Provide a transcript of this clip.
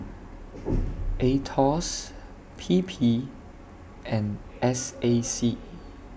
Aetos P P and S A C